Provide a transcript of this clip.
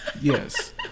Yes